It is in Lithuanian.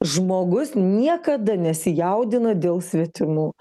žmogus niekada nesijaudina dėl svetimų